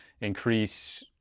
increase